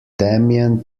damien